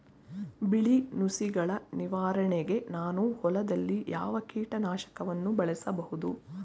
ಬಿಳಿ ನುಸಿಗಳ ನಿವಾರಣೆಗೆ ನಾನು ಹೊಲದಲ್ಲಿ ಯಾವ ಕೀಟ ನಾಶಕವನ್ನು ಬಳಸಬಹುದು?